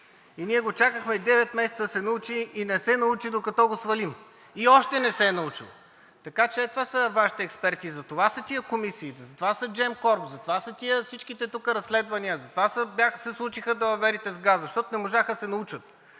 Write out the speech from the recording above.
И ние го чакахме девет месеца да се научи и не се научи, докато го свалим. И още не се е научил. Така че това са Вашите експерти, затова са тези комисии, затова са Gemcorp, затова са тези всичките тук разследвания, затова се случиха далаверите с газа, защото не можаха да се научат,